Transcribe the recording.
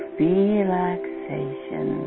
relaxation